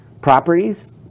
properties